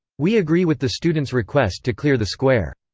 we agree with the students' request to clear the square.